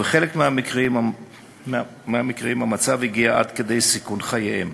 ובחלק מהמקרים המצב הגיע עד כדי סיכון חייהם.